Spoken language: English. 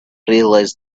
realise